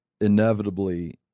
inevitably